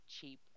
cheap